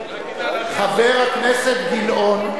חבר הכנסת גילאון,